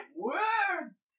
words